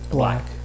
Black